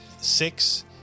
Six